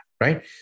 right